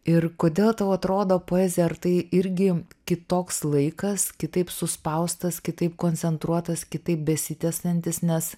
ir kodėl tau atrodo poezija ar tai irgi kitoks laikas kitaip suspaustas kitaip koncentruotas kitaip besitęsiantis nes